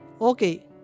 Okay